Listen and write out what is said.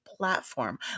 platform